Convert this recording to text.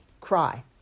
Cry